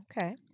Okay